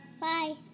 bye